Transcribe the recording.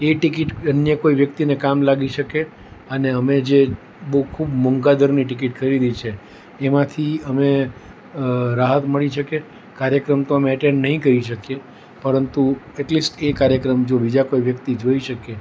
એ ticket અન્ય કોઈ વ્યક્તિને કામ લાગી શકે અને અમે જે બહુ ખૂબ મોંધા દરની ટિકિટ ખરીદી છે એમાંથી અમે રાહત મળી શકે કાર્યક્રમ તો અમે એટેન નહીં કરી શકીએ પરંતુ એટલે સ એ કાર્યક્રમ જો વિઝા કોઈ વ્યક્તિ જોઈ શકે